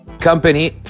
company